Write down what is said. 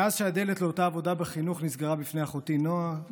מאז שהדלת לאותה עבודה בחינוך נסגרה בפני אחותי נעה,